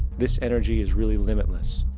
this energy is really limitless.